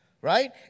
right